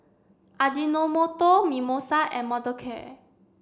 Ajinomoto Mimosa and Mothercare